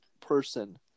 person